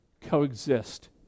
coexist